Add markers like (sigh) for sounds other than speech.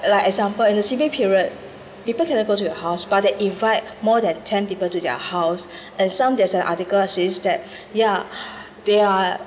like example in the C_B period people cannot go to your house but they invite more than ten people to their house (breath) and some there's an article says that (breath) yeah (breath) they are